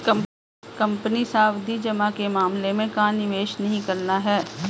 Company सावधि जमा के मामले में कहाँ निवेश नहीं करना है?